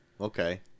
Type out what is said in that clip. Okay